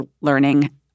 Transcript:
learning